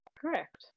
Correct